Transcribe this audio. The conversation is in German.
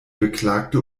beklagte